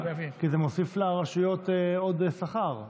כי זה מוסיף לרשויות עוד שכר,